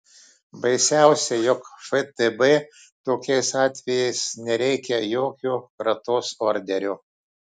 baisiausia jog ftb tokiais atvejais nereikia jokio kratos orderio